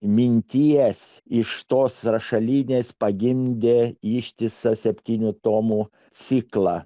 minties iš tos rašalinės pagimdė ištisą septynių tomų ciklą